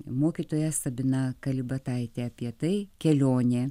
mokytoja sabina kalibataitė apie tai kelionė